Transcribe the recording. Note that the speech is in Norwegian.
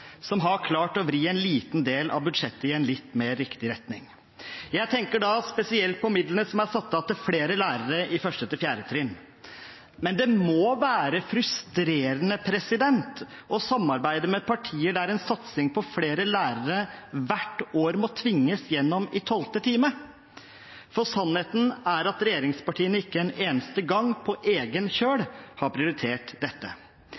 som har klart å vri en liten del av budsjettet i en litt mer riktig retning. Jeg tenker da spesielt på midlene som er satt av til flere lærere på 1.–4. trinn, men det må være frustrerende å samarbeide med partier der en satsing på flere lærere hvert år må tvinges igjennom i tolvte time. Sannheten er at regjeringspartiene ikke en eneste gang på egen kjøl har prioritert dette.